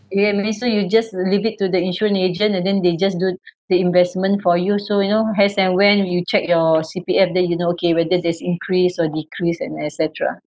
so you just leave it to the insurance agent and then they just do the investment for you so you know as and when you check your C_P_F then you know okay whether there's increase or decrease and etcetera